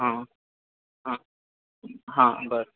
हँ हँ हँ बस